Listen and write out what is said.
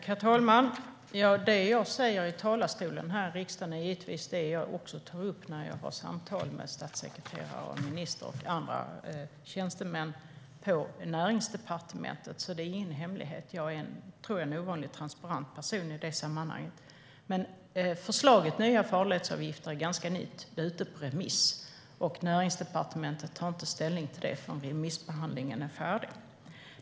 Herr talman! Det jag säger i talarstolen här i riksdagen är givetvis också det jag tar upp när jag har samtal med statssekreterare, minister och andra tjänstemän på Näringsdepartementet. Det är ingen hemlighet. Jag tror att jag är en ovanligt transparent person i det sammanhanget. Förslaget om nya farledsavgifter är ganska nytt och ute på remiss. Näringsdepartementet tar inte ställning till det förrän remissbehandlingen är färdig.